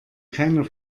keiner